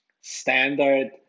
standard